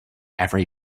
every